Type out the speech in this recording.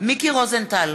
מיקי רוזנטל,